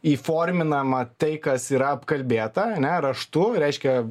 įforminama tai kas yra apkalbėta ane raštu reiškia